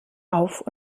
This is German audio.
auf